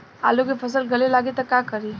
आलू के फ़सल गले लागी त का करी?